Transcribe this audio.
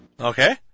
Okay